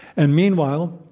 and meanwhile,